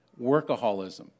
workaholism